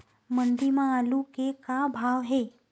मंडी म आलू के का भाव हे?